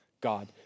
God